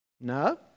No